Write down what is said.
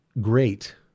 great